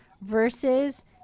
versus